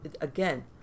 again